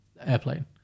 airplane